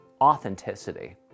authenticity